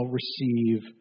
receive